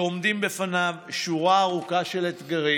ועומדת בפניו שורה ארוכה של אתגרים